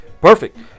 Perfect